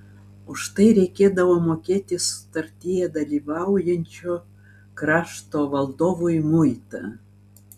už tai reikėdavo mokėti sutartyje dalyvaujančio krašto valdovui muitą